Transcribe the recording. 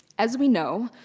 as we know,